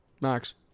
max